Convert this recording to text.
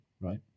Right